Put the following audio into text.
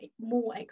more